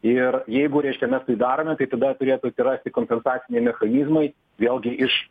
ir jeigu reiškia mes tai darome tai tada turėtų atsirast kompensaciniai mechanizmai vėlgi iš